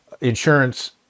insurance